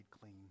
clean